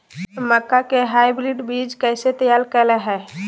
मक्का के हाइब्रिड बीज कैसे तैयार करय हैय?